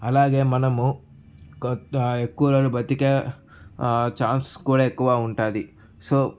అలాగే మనము ఎక్కువ రోజులు బతికే ఛాన్స్ కూడా ఎక్కువ ఉంటుంది సో